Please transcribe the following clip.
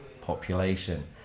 population